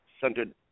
centered